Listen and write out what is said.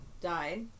died